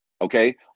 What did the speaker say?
okay